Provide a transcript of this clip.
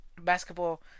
basketball